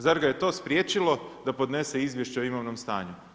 Zar ga je to spriječilo da podnese izvješće o imovinom stanju?